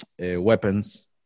weapons